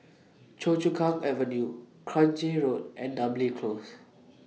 Choa Chu Kang Avenue Grange Road and Namly Close